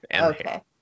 okay